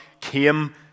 came